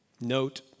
Note